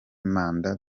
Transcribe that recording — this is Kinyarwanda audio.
manda